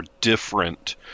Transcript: different